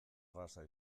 erraza